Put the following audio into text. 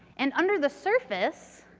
and under the surface,